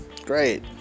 Great